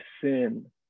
sin